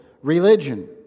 religion